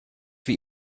wie